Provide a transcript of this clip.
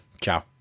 Ciao